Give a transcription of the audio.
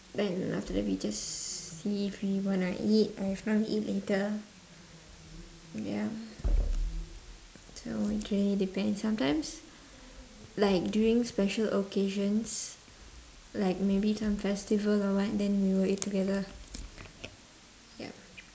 then after that we just see if we wanna eat or if not we eat later ya so it really depends sometimes like during special occasions like maybe some festival or what then we will eat together yup